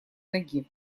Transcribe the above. ноги